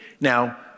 Now